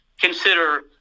consider